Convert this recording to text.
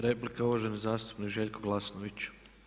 Replika, uvaženi zastupnik Željko Glasnović.